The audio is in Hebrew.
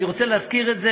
אני רוצה להזכיר את זה,